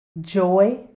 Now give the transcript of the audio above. joy